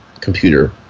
computer